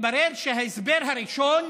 מתברר שההסבר הראשון